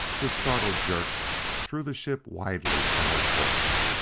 his startled jerk threw the ship widely from her course.